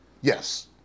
Yes